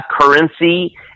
currency